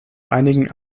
einigen